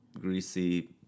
greasy